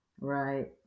Right